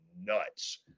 nuts